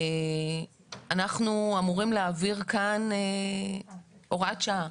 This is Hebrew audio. אנחנו אמורים להעביר כאן הוראת שעה,